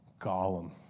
Gollum